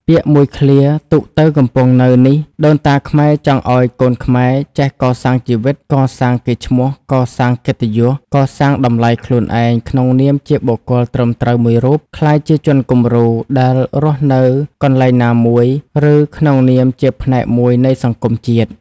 ពាក្យមួយឃ្លា ទូកទៅ កំពង់នៅ នេះ ដូនតាខ្មែរចង់ឲ្យកូនខ្មែរ ចេះកសាងជីវិត កសាងកេរ្តិ៍ឈ្មោះ កសាងកិត្តយស កសាងតម្លៃខ្លួនឯងក្នុងនាមជាបុគ្គលត្រឹមត្រូវមួយរូប ក្លាយជាជនគំរូ ដែលរស់នៅកន្លែងណាមួយ ឬក្នុងនាមជាផ្នែកមួយនៃសង្គមជាតិ។